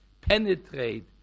penetrate